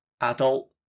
adult